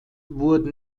wurden